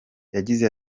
yagize